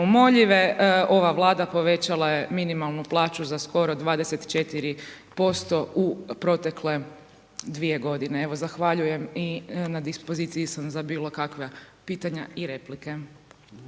neumoljive, ova Vlada povećala je minimalnu plaću za skoro 24% u protekle dvije godine. Evo zahvaljujem i na dispoziciji sam za bilo kakva pitanja i replike.